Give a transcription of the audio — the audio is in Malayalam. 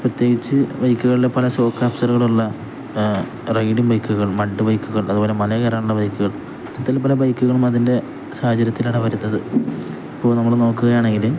പ്രത്യേകിച്ച് ബൈക്കുകളിലെ പല ഷോക്കബ്സോര്ബറുകളുള്ള റൈഡിംഗ് ബൈക്കുകൾ മഡ് ബൈക്കുകൾ അതുപോലെ മലകയറാനുള്ള ബൈക്കുകൾ ഇത്തരത്തിൽ പല ബൈക്കുകളും അതിൻ്റെ സാഹചര്യത്തിലാണു വരുന്നത് ഇപ്പോള് നമ്മള് നോക്കുകയാണെങ്കില്